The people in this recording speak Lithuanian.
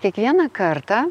kiekvieną kartą